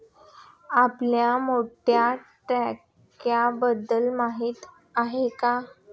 आपल्याला मोठ्या टाक्यांबद्दल माहिती आहे का?